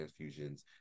transfusions